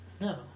No